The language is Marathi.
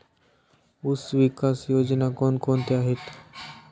ऊसविकास योजना कोण कोणत्या आहेत?